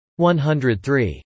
103